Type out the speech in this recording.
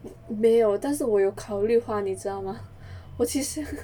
没有但是我有考虑花你知道吗我其实